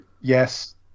Yes